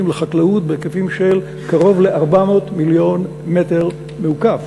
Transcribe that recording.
לחקלאות בהיקפים של קרוב ל-400 מיליון מטר מעוקב.